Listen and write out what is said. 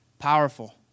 powerful